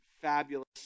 fabulous